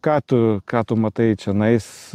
ką tu ką tu matai čianais